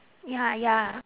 ya ya